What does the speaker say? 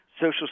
Social